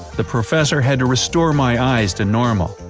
the professor had to restore my eyes to normal.